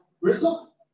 result